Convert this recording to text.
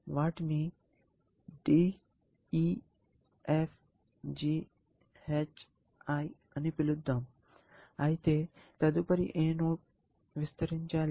వాటిని D E F G H I అని పిలుద్దాం అయితే తదుపరి ఏ నోడ్ విస్తరించాలి